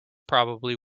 probably